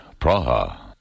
Praha